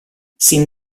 sin